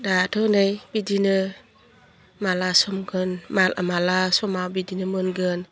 दाथ' नै बिदिनो माला समगोन माला समा बिदिनो मोनगोन